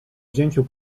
wzięciu